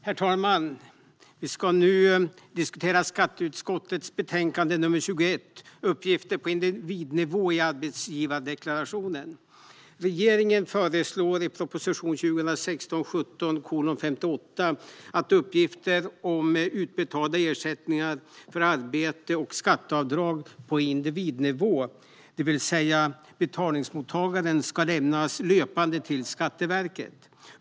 Herr talman! Vi ska nu debattera skatteutskottets betänkande 21 Uppgifter på individnivå i arbetsgivardeklarationen . Uppgifter på individ-nivå i arbetsgivar-deklarationen Regeringen föreslår i proposition 2016/17:58 att uppgifter om utbetalda ersättningar för arbete och skatteavdrag på individnivå, det vill säga per betalningsmottagare, ska lämnas löpande till Skatteverket.